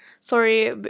sorry